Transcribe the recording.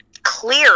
clear